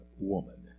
woman